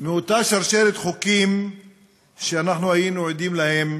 מאותה שרשרת חוקים שאנחנו היינו עדים להם